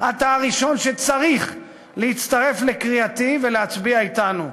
אתה הראשון שצריך להצטרף לקריאתי ולהצביע אתנו.